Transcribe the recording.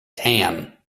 tan